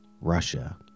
Russia